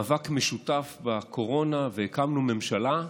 מאבק משותף בקורונה, והקמנו ממשלה,